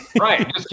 Right